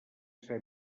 ser